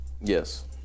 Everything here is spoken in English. Yes